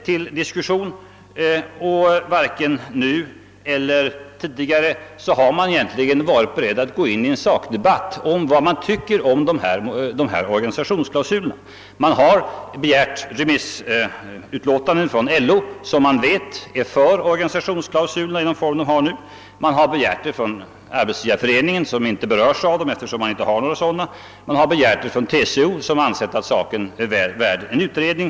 Nu lika litet som tidigare är utskottet dock berett att gå in i en sakdebatt om sin uppfattning om organisationsklausulerna. Utskottet har begärt remissyttranden från LO, som man vet är för organisationsklausuler, från Arbetsgivareföreningen, som inte berörs av klausulerna eftersom dess medlemmar inte har några sådana, och från TCO, som ansett att saken är värd en utredning.